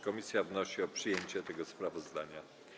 Komisja wnosi o przyjęcie tego sprawozdania.